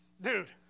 dude